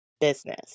business